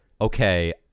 okay